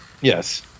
yes